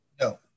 No